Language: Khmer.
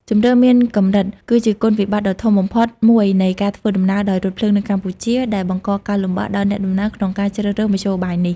ជម្រើសមានកម្រិត គឺជាគុណវិបត្តិដ៏ធំបំផុតមួយនៃការធ្វើដំណើរដោយរថភ្លើងនៅកម្ពុជា ដែលបង្កការលំបាកដល់អ្នកដំណើរក្នុងការជ្រើសរើសមធ្យោបាយនេះ។